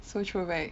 so true right